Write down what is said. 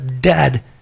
dead